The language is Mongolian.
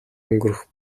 өнгөрөх